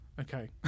Okay